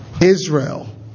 Israel